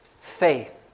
Faith